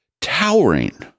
towering